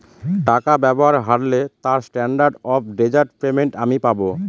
টাকা ব্যবহার হারলে তার স্ট্যান্ডার্ড অফ ডেজার্ট পেমেন্ট আমি পাব